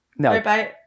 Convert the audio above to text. No